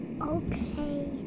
Okay